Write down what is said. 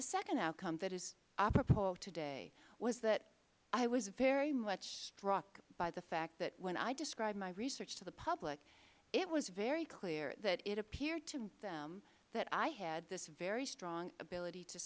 the second outcome that is apropos today was that i was very much struck by the fact that when i described my research to the public it was very clear that it appeared to them that i had this very strong ability to